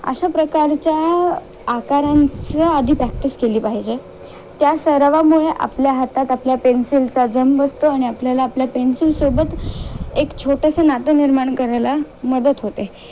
अशा प्रकारच्या आकारांचा आधी प्रॅक्टिस केली पाहिजे त्या सरावामुळे आपल्या हातात आपल्या पेन्सिलचा जम बसतो आणि आपल्याला आपल्या पेन्सिलसोबत एक छोटंसं नातं निर्माण करायला मदत होते